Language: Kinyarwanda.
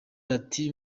ati